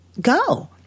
go